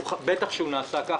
בטח כשהוא נעשה כך,